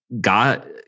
God